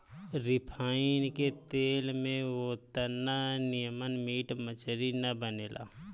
refine के तेल में ओतना निमन मीट मछरी ना बनेला